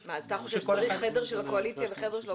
שכל אחד --- אתה חושב שצריך חדר של הקואליציה וחדר של האופוזיציה?